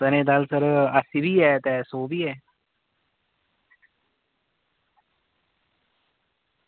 ते चने दी दाल अस्सी बी ऐ ते सौ दी बी ऐ